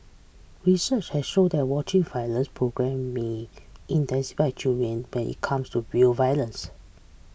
research has shown that watching violent programme may children when it comes to real violence